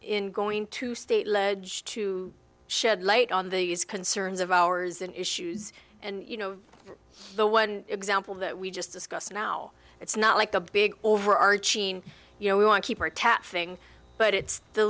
in going to state ledge to shed light on these concerns of ours in issues and you know the one example that we just discussed now it's not like a big overarching you know we want to keep our tap thing but it's the